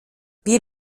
wir